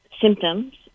symptoms